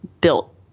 built